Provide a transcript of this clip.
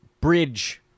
bridge